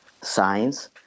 science